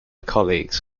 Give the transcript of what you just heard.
colleagues